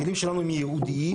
הכלים שלנו הם ייעודיים.